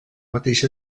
mateix